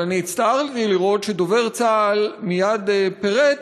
אבל אני הצטערתי לראות שדובר צה"ל מייד פירט